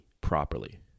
properly